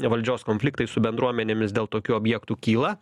valdžios konfliktai su bendruomenėmis dėl tokių objektų kyla